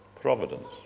Providence